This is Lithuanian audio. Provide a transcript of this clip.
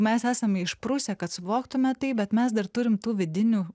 mes esame išprusę kad suvoktume tai bet mes dar turim tų vidinių